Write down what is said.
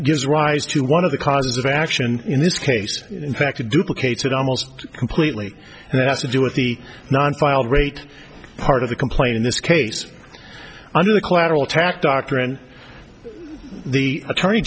gives rise to one of the causes of action in this case in fact a duplicate said almost completely and that has to do with the non filed rate part of the complaint in this case under the collateral attack doctrine the attorney